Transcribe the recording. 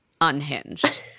unhinged